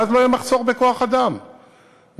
ואז לא יהיה מחסור בכוח-אדם והמשטרה